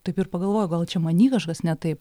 taip ir pagalvoja o gal čia many kažkas ne taip